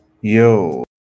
yo